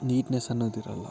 neatness ಅನ್ನೋದು ಇರೋಲ್ಲ